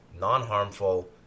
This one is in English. non-harmful